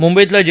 मुंबईतल्या जे